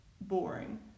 boring